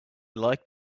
like